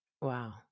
Wow